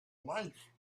life